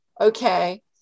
okay